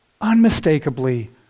unmistakably